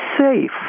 safe